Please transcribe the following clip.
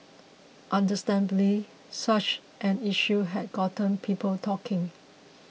understandably such an issue has gotten people talking